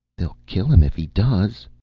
they'll kill him if he does.